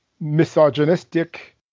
misogynistic